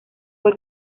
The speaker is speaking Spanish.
fue